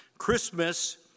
Christmas